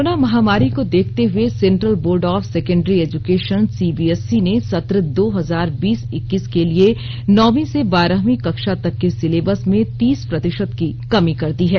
corona महामारी को देखते हुए central board of secondary education CBSE ने सत्र दो हजार बीस इक्कीस के लिए नौवीं से बारहवीं कक्षा तक के सिलेबस में तीस प्रतिशत की कमी कर दी है